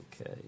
Okay